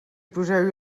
poseu